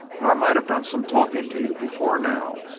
or i might have done some talking to you before now.